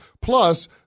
Plus